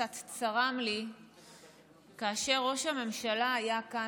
שקצת צרם לי כאשר ראש הממשלה היה כאן,